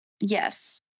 yes